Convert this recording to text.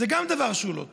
זה דבר שהוא לא טוב.